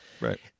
Right